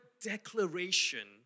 declaration